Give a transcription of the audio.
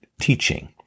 teaching